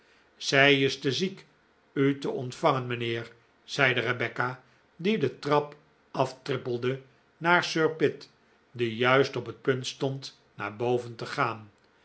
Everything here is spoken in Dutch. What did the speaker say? zij is te ziek u te ontvangen mijnheer zeide rebecca die de trap aftrippelde naar sir pitt die juist op het punt stond naar boven te gaan